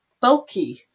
bulky